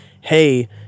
Hey